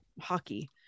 hockey